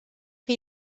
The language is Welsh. chi